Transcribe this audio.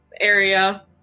area